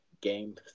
game